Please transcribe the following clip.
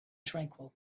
tranquil